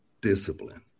discipline